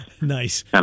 Nice